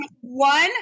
one